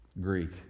Greek